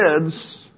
kids